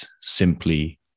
simply